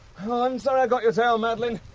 um sorry i got your tail, madeleine,